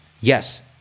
yes